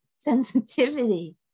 Sensitivity